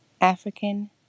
African